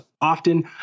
often